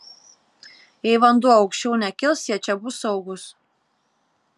jei vanduo aukščiau nekils jie čia bus saugūs